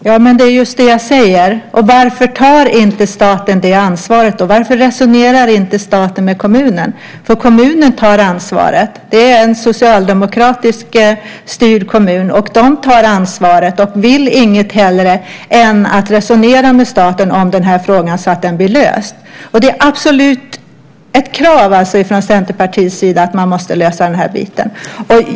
Herr talman! Det är just det jag säger. Varför tar inte staten det ansvaret? Varför resonerar inte staten med kommunen? Kommunen tar ansvaret. Det är en socialdemokratiskt styrd kommun, och den tar ansvaret och vill inget hellre än att resonera med staten om den här frågan så att den blir löst. Det är ett absolut krav från Centerpartiet att man måste lösa den här frågan.